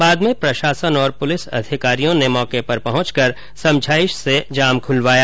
बाद में प्रशासन और पुलिस अधिकारियों ने मौके पर पहुंच कर समझाइश से जाम खुलवाया